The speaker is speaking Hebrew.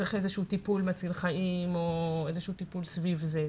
צריך איזשהו טיפול מציל חיים או טיפול סביב זה.